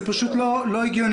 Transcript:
זה פשוט לא הגיוני.